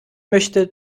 möchte